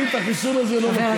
אני את החיסון הזה לא